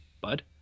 bud